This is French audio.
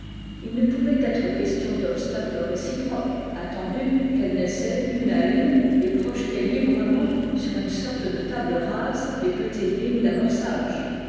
il ne pouvait être question d'obstacles réciproques attendu quelles naissaient une à une et projetaient librement sur une sorte de table rase les petites lignes d'amorçage